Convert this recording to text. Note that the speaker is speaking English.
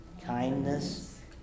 kindness